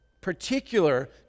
particular